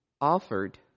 offered